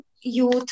youth